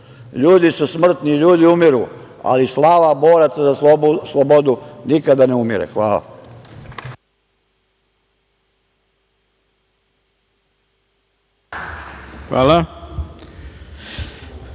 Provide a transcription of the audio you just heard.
Ljudi su smrtni, ljudi umiru, ali slava boraca za slobodu nikada ne umire. Hvala.